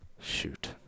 Shoot